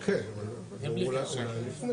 לפני